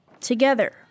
Together